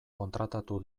kontratatu